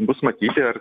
bus matyti ar